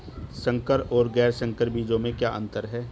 संकर और गैर संकर बीजों में क्या अंतर है?